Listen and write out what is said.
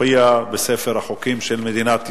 ותופיע בספר החוקים של מדינת ישראל.